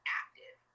active